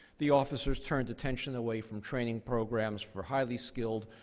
the officers turned attention away from training programs for highly skilled,